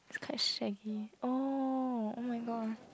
it's quite shaggy oh oh my god